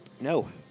No